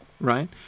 right